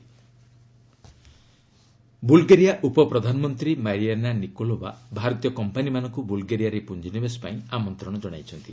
ବ୍ରଲ୍ଗେରିଆ investment Bulgaria ଉପପ୍ରଧାନମନ୍ତ୍ରୀ Mariyana Nikolova ଭାରତୀୟ କମ୍ପାନୀମାନଙ୍କୁ ବୁଲ୍ଗେରିଆରେ ପୁଞ୍ଜିନିବେଶ ପାଇଁ ଆମନ୍ତ୍ରଣ ଜଣାଇଛନ୍ତି